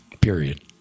Period